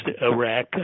Iraq